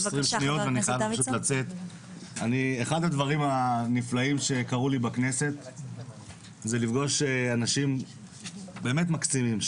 אחד הדברים הנפלאים שקרו לי בכנסת זה לפגוש אנשים באמת מקסימים,